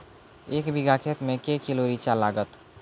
एक बीघा खेत मे के किलो रिचा लागत?